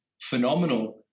phenomenal